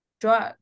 drug